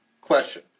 Question